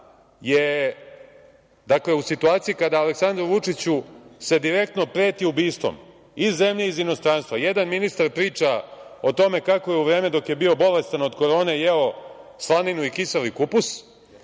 je, dakle u situaciji kada Aleksandru Vučiću se direktno preti ubistvom iz zemlje, iz inostranstva, jedan ministar priča o tome kako je u vreme dok je bio bolestan od korone jeo slaninu i kiseli kupus,